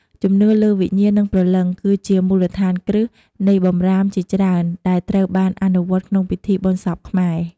ជំនឿលើវិញ្ញាណ និងព្រលឹង គឺជាមូលដ្ឋានគ្រឹះនៃបម្រាមជាច្រើនដែលត្រូវបានអនុវត្តក្នុងពិធីបុណ្យសពខ្មែរ។